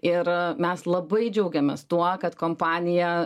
ir mes labai džiaugiamės tuo kad kompanija